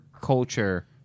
culture